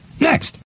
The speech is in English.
next